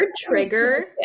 trigger